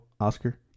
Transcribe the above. Oscar